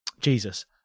Jesus